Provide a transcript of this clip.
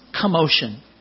commotion